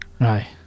Right